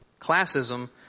classism